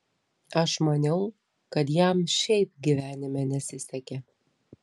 aš maniau kad jam šiaip gyvenime nesisekė